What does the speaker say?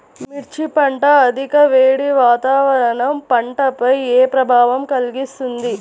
మిర్చి పంట అధిక వేడి వాతావరణం పంటపై ఏ ప్రభావం కలిగిస్తుంది?